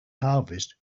harvest